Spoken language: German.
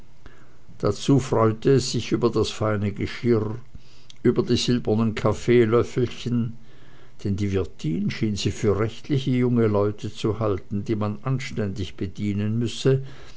dazu freute es sich über das feine geschirr über die silbernen kaffeelöffelchen denn die wirtin schien sie für rechtliche junge leutchen zu halten die man anständig bedienen müsse